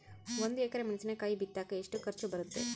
ಒಂದು ಎಕರೆ ಮೆಣಸಿನಕಾಯಿ ಬಿತ್ತಾಕ ಎಷ್ಟು ಖರ್ಚು ಬರುತ್ತೆ?